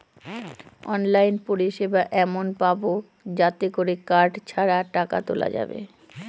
online পরিষেবা এমন পাবো যাতে করে কার্ড ছাড়া টাকা তোলা যাবে